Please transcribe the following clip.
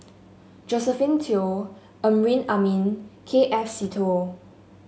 Josephine Teo Amrin Amin K F Seetoh